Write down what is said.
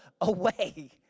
away